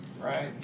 right